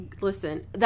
Listen